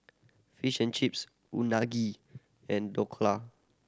Fish and Chips Unagi and Dhokla